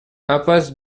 impasse